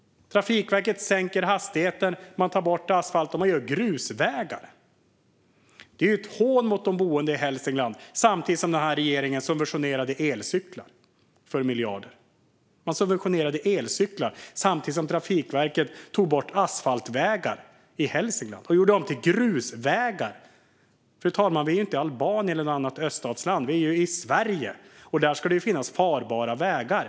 Trafikverket sänker hastigheten, tar bort asfalten och gör grusvägar. Det är ett hån mot de boende i Hälsingland. Regeringen subventionerade elcyklar för miljarder samtidigt som Trafikverket tog bort asfaltvägar i Hälsingland och gjorde om dem till grusvägar. Fru talman! Vi är inte i Albanien eller något annat öststatsland. Vi är i Sverige, och här ska det finnas farbara vägar.